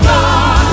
God